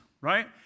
right